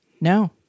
no